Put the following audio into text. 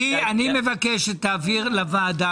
אני מבקש שתעביר לוועדה,